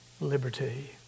liberty